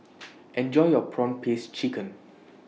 Enjoy your Prawn Paste Chicken